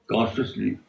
Consciously